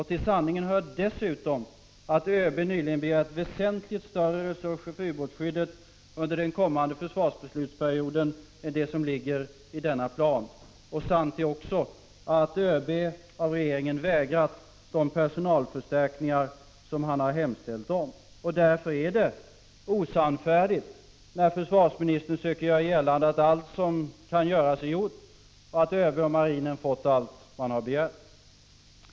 Till sanningen hör dessutom att ÖB nyligen har begärt väsentligt större resurser för utbåtsskyddet under den kommande försvarsbeslutsperioden än de resurser som upptas i denna plan. Det är också sant att ÖB av regeringen vägrades de personalförstärkningar som han hemställde om. Därför är det osannfärdigt när försvarsministern söker göra gällande att allt som kan göras är gjort och att ÖB och marinen har fått allt de har begärt.